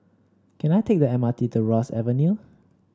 can I take the M R T to Ross Avenue